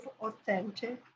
authentic